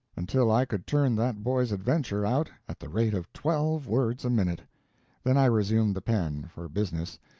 until i could turn that boy's adventure out at the rate of twelve words a minute then i resumed the pen, for business,